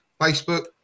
Facebook